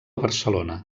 barcelona